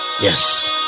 yes